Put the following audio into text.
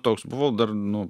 toks buvau dar nu